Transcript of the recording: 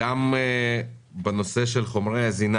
לגבי נושא חומרי הזינה